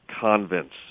convents